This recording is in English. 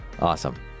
Awesome